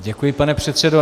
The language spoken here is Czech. Děkuji, pane předsedo.